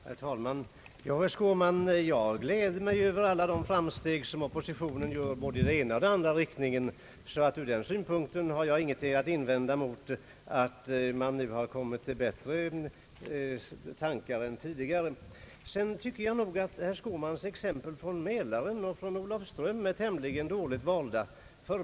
Herr talman! Ja, herr Skårman, jag gläder mig över alla de framsteg som oppositionen gör både i det ena och i det andra avseendet. Ur den synpunkten har jag ingenting att invända mot att man nu har kommit på bättre tankar än tidigare. Jag tycker nog att herr "Skårmans exempel från Mälaren och från Olofström är tämligen dåligt valda.